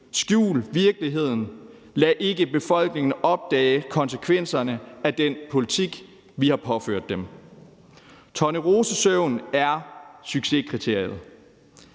skjul virkeligheden, og lad ikke befolkningen opdage konsekvenserne af den politik, vi har påført dem. Tornerosesøvn er succeskriteriet,